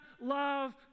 love